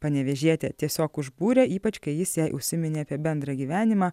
panevėžietę tiesiog užbūrė ypač kai jis jai užsiminė apie bendrą gyvenimą